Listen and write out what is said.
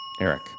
Eric